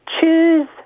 Choose